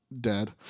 Dead